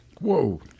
Whoa